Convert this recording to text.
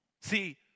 See